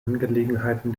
angelegenheiten